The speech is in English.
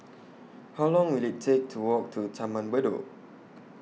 How Long Will IT Take to Walk to Taman Bedok